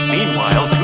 Meanwhile